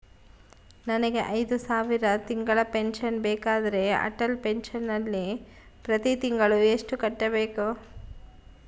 ನನಗೆ ಐದು ಸಾವಿರ ತಿಂಗಳ ಪೆನ್ಶನ್ ಬೇಕಾದರೆ ಅಟಲ್ ಪೆನ್ಶನ್ ನಲ್ಲಿ ಪ್ರತಿ ತಿಂಗಳು ಎಷ್ಟು ಕಟ್ಟಬೇಕು?